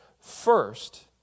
First